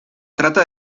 trata